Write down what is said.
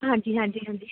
ਹਾਂਜੀ ਹਾਂਜੀ ਹਾਂਜੀ